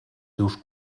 seus